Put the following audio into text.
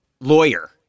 lawyer